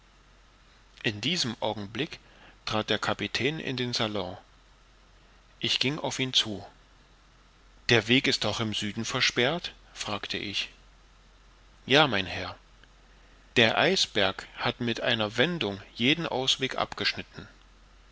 in dem augenblicke trat der kapitän in den salon ich ging auf ihn zu der weg ist auch im süden versperrt fragte ich ja mein herr der eisberg hat mit einer wendung jeden ausweg abgeschnitten